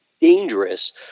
dangerous